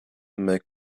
make